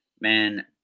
Man